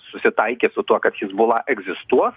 susitaikė su tuo kad hizbula egzistuos